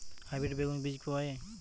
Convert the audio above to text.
Hybrid বেগুন বীজ কি পাওয়া য়ায়?